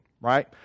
right